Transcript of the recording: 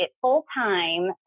full-time